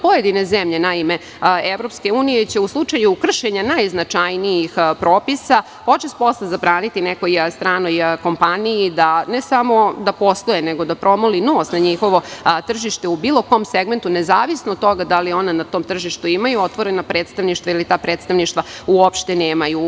Pojedine zemlje EU će u slučaju najznačajnijih propisa očas posla zabraniti nekoj stranoj kompaniji ne sam da posluje nego da promoli nos na njihovo tržište u bilo kom segmentu, nezavisno od toga da li ona na tom tržištu imaju otvorena predstavništva ili ta predstavništva uopšte nemaju.